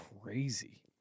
crazy